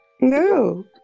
No